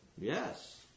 Yes